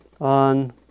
on